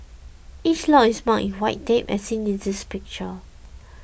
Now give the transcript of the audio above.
each lot is marked in white tape as seen in this picture